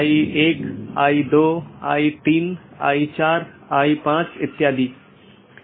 1 open message दो सहकर्मी nodes के बीच एक BGP सत्र स्थापित करता है